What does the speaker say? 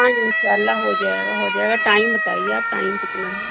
ہاں انشاء اللہ ہو جائے گا ہو جائے گا ٹائم بتائیے آپ ٹائم کتنا ہے